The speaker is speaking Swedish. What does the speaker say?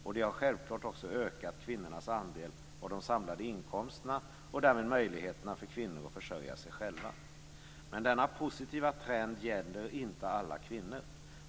Detta har självklart också ökat kvinnornas andel av de samlade inkomsterna och därmed möjligheterna för kvinnor att försörja sig själva. Men denna positiva trend gäller inte alla kvinnor.